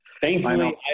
Thankfully